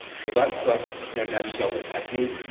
so that's in a nutshell, the technique.